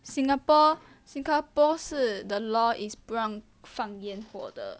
Singapore Singapore 是 the law is 不让放烟火的